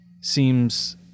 seems